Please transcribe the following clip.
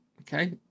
okay